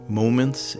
moments